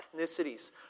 ethnicities